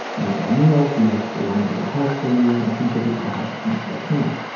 i make all the meals, do most laundry and house cleaning and contribute to the house as much as i can.